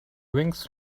wings